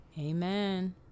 amen